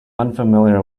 unfamiliar